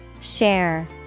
Share